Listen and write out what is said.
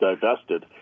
divested